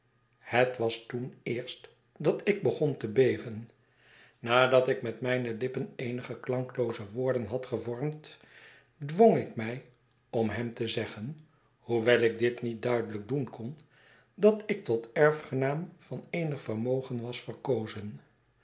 het was toen eerst dat ik begon te beven nadat ik met mijne lippen eenige klanklooze woorden had gevormd dwong ik mij om hem te zeggen hoewel ik dit niet duidelijk doen kon dat ik tot erfgenaam van eenig vermogen was verkozen